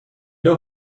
know